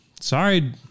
sorry